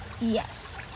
Yes